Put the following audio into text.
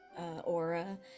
aura